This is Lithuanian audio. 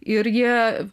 ir jie